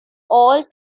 all